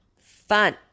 fun